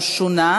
אין נמנעים,